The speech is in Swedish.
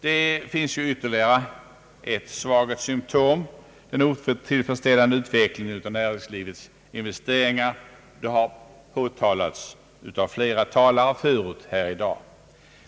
Det finns ytterligare ett svaghetssymtom, nämligen den otillfredsställande utvecklingen av näringslivets investeringar, något som har påtalats av flera talare här i dag.